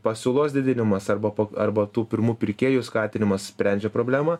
pasiūlos didinimas arba arba tų pirmų pirkėjų skatinimas sprendžia problemą